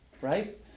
right